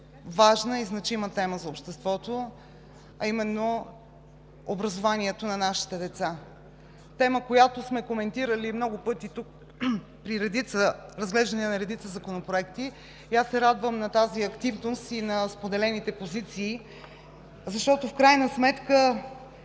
важна и значима тема за обществото, а именно образованието на нашите деца – тема, която сме коментирали много пъти тук при разглеждане на редица законопроекти. Аз се радвам на тази активност и на споделените позиции, защото в крайна сметка,